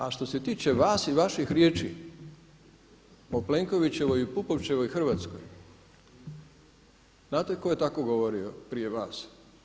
A što se tiče vas i vaših riječi o Plenkovićevoj i Pupovčevoj Hrvatskoj, znate tko je tako govorio prije vas?